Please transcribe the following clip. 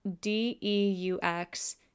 D-E-U-X